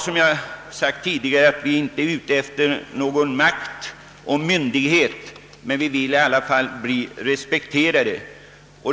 Som jag sagt tidigare är vi inte ute efter makt och myndighet, men vi vill i alla fall bli respekterade.